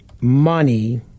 money